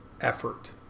effort